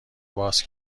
باز